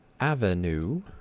Avenue